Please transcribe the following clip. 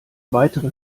weitere